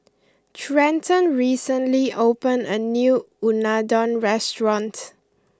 Trenton recently opened a new Unadon restaurant